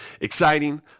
exciting